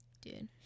Dude